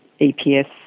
EPS